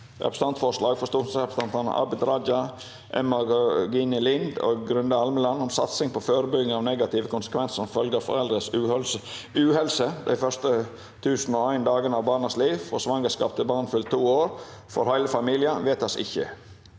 Representantforslag fra stortingsrepresentantene Abid Raja, Emma Georgina Lind og Grunde Almeland om satsing på forebygging av negative konsekvenser som følge av foreldres uhelse de første 1 001 dagene av barns liv – fra svangerskapet til barnet fyller to år, for hele familien – vedtas ikke.